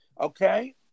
okay